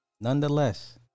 nonetheless